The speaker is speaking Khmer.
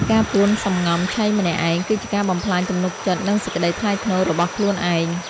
ការពួនសំងំឆីម្នាក់ឯង គឺជាការបំផ្លាញទំនុកចិត្ត និងសេចក្ដីថ្លៃថ្នូររបស់ខ្លួនឯង។